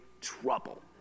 trouble